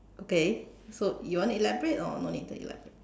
okay so you want to elaborate or no need to elaborate